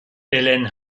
ellen